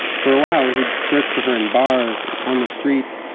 for a while he'd search for her in bars and on the street.